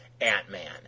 Ant-Man